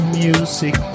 music